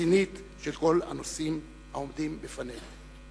רצינית של כל הנושאים העומדים בפנינו.